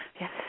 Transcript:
Yes